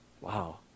Wow